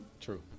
true